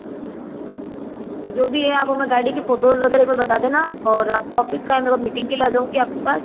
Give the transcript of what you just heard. अच्छा तो जो भी है आप हमें गाड़ी की फोटोज़ वगैरह एक बार बता देना और आपका ऑफिस कहाँ है मैं वहाँ मीटिंग के लिए आ जाऊँगी आपके पास